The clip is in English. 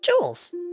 Jules